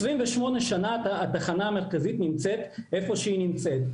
28 שנה התחנה המרכזית נמצאת איפה שהיא נמצאת,